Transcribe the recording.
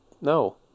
no